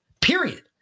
Period